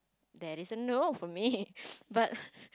that is a no for me but